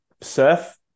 surf